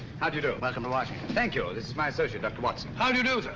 how do you do? welcome to washington. thank you. this is my associate doctor watson. how do you do, sir?